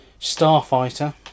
Starfighter